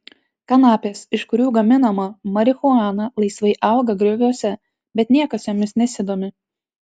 kanapės iš kurių gaminama marihuana laisvai auga grioviuose bet niekas jomis nesidomi